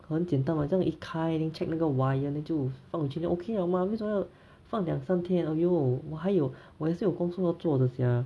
很简单 [what] 这样一开 then check 那个 wire then 就放回去 then okay 了吗为什么要放两三天 !aiyo! 我还有我也是有工作要做的 sia